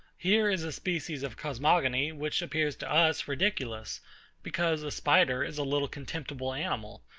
here is a species of cosmogony, which appears to us ridiculous because a spider is a little contemptible animal,